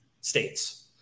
states